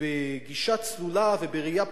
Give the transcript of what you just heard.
ובגישה צלולה ובראייה פקוחה,